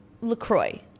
LaCroix